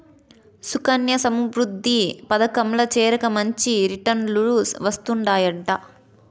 సుకన్యా సమృద్ధి పదకంల చేరాక మంచి రిటర్నులు వస్తందయంట